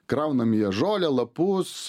kraunami į ją žolę lapus